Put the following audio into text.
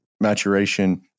maturation